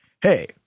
hey